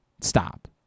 Stop